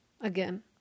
again